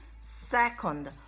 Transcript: Second